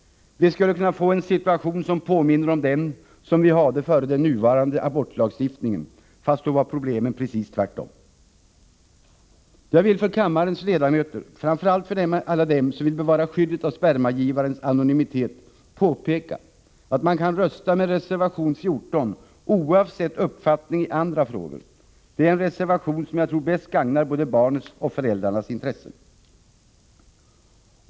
Vi skulle kunna få en situation, som påminner om den som vi hade före den nuvarande abortlagstiftningen. Fast då var problemen de rakt motsatta. Jag vill för kammarens ledamöter — framför allt för alla dem som vill bevara skyddet av spermagivarnas anonymitet — påpeka att de kan rösta med reservation 14, oavsett uppfattning i andra frågor. Det är en reservation som jag tror bäst gagnar både barnets och föräldrarnas intressen.